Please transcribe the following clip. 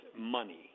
money